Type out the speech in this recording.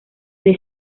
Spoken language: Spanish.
the